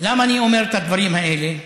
למה אני אומר את הדברים האלה?